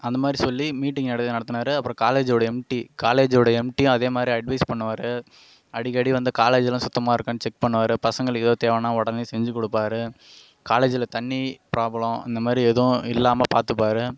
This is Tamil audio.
அந்த மாதிரி சொல்லி மீட்டிங் இடையில நடத்தினாரு அப்பறம் காலேஜ்வோட எம்டி காலேஜ்வோட எம்டி அதேமாதிரி அட்வைஸ் பண்ணுவாரு அடிக்கடி வந்து காலேஜிலாம் சுத்தமாக இருக்கானு செக் பண்ணுவாரு பசங்களுக்கு எதோ தேவைனா உடனே செஞ்சி கொடுப்பாரு காலேஜில் தண்ணி ப்ராபுளம் இந்த மாதிரி எதுவும் இல்லாமல் பார்த்துப்பாரு